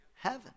heaven